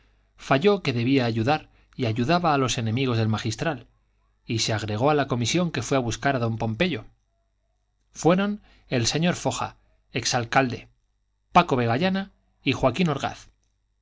falló que debía ayudar y ayudaba a los enemigos del magistral y se agregó a la comisión que fue a buscar a don pompeyo fueron el señor foja ex alcalde paco vegallana y joaquín orgaz